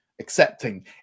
Accepting